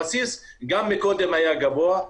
הבסיס גם קודם היה גבוה,